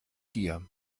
dir